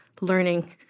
learning